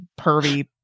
pervy